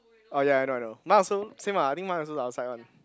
oh ya I know I know mine also same ah I think mine also the outside one